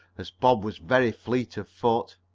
as bob was very fleet of foot.